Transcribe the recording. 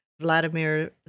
Vladimir